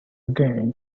again